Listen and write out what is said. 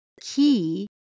key